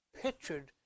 pictured